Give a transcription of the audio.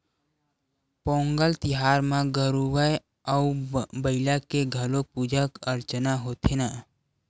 पोंगल तिहार म गरूवय अउ बईला के घलोक पूजा अरचना होथे न